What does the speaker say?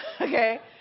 okay